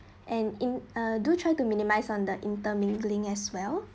and in uh do try to minimize on the intermingling as well